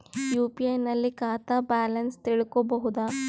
UPI ನಲ್ಲಿ ಖಾತಾ balance ತಿಳಕೊ ಬಹುದಾ?